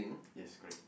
yes correct